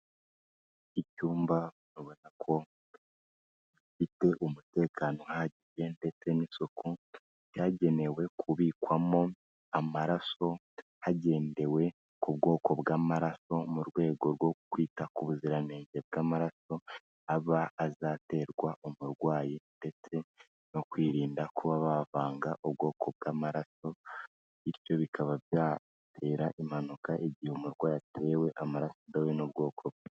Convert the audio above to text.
Icyumba ubona ko gifite umutekano uhagije ndetse n'isuku, cyagenewe kubikwamo amaraso hagendewe ku bwoko bw'amaraso, mu rwego rwo kwita ku buziranenge bw'amaraso aba azaterwa umurwayi, ndetse no kwirinda kuba bavanga ubwoko bw'amaraso, bityo bikaba byatera impanuka igihe umurwayi atewe amaraso adahuye n'ubwoko bwe.